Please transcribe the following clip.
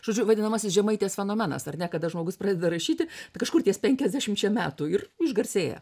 žodžiu vadinamasis žemaitės fenomenas ar ne kada žmogus pradeda rašyti kažkur ties penkiasdešimčia metų ir išgarsėja